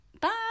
Bye